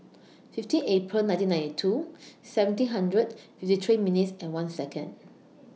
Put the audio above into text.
fifteen April nineteen ninety two seventeen hundred fifty three minutes one Second